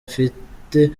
afite